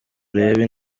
urebe